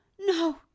no